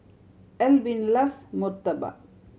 Elvin loves murtabak